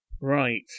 Right